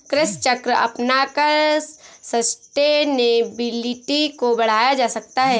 कृषि चक्र अपनाकर सस्टेनेबिलिटी को बढ़ाया जा सकता है